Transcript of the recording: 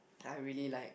I really like